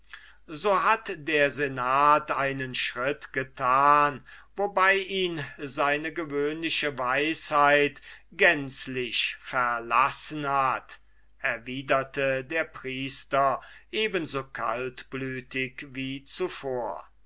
so hat der senat einen schritt getan wobei ihn seine gewöhnliche weisheit gänzlich verlassen hat erwiderte der priester eben so kaltblütig wie zuvor